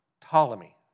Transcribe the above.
Ptolemy